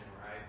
right